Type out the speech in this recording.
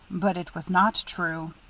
but it was not true.